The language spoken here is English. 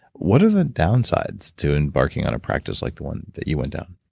what are the downsides to embarking on a practice like the one that you went down?